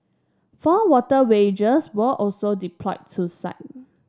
four water wagons were also deployed to site